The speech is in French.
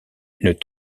une